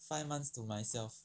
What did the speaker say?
five months to myself